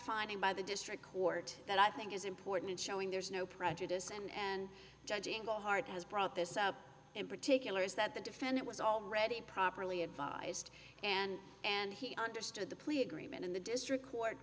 finding by the district court that i think is important in showing there is no prejudice and judging the heart has brought this up in particular is that the defendant was already properly advised and and he understood the plea agreement in the district court